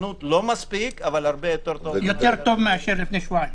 מספיק אבל --- יותר טוב מאשר לפני שבועיים.